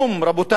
רבותי,